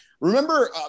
Remember